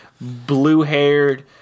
blue-haired